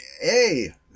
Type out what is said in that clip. Hey